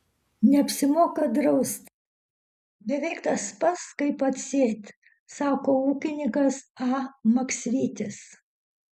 neapsimoka draust beveik tas pats kaip atsėt sako ūkininkas a maksvytis